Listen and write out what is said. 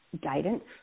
guidance